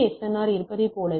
R இருப்பதைப் போலவே இருக்கும்